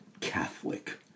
Catholic